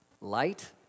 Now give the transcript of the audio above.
Light